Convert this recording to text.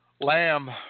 lamb